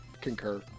Concur